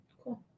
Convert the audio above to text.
Cool